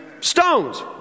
stones